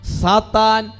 satan